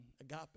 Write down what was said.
agape